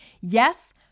Yes